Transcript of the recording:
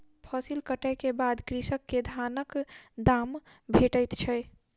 फसिल कटै के बाद कृषक के धानक दाम भेटैत छै